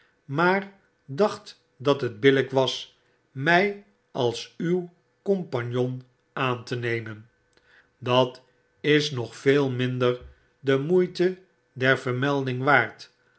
maar dacht dat het billyk was my als uw compagnon aan te nemen dat is nog veel minder de moeite dervermelding waard